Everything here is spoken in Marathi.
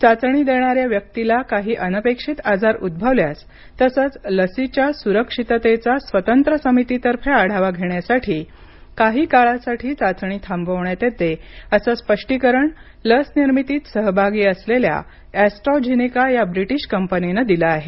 चाचणी देणाऱ्या व्यक्तीला काही अनपेक्षित आजार उद्रवल्यास तसंच लसीच्या सुरक्षिततेचा स्वतंत्र समितीतर्फे आढावा घेण्यासाठी काही काळासाठी चाचणी थांबवण्यात येते असं स्पष्टीकरण लसनिर्मितीत सहभागी असलेल्या ऍस्ट्राझिनिका या ब्रिटीश कंपनीनं दिलं आहे